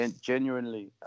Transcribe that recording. genuinely